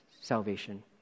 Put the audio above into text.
salvation